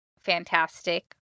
fantastic